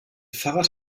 fahrrad